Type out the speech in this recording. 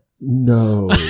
No